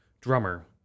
drummer